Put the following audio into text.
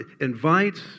invites